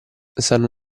sanno